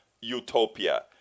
utopia